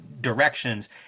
directions